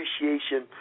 appreciation